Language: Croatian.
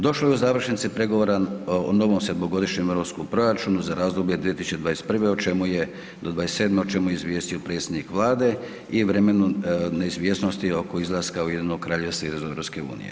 Došlo je u završnici pregovora o novom sedmogodišnjem europskom proračunu za razdoblje 2021. o čemu je, do '27., o čemu je izvijestio predsjednik Vlade i vremenu neizvjesnosti oko izlaska Ujedinjenog Kraljevstva iz EU.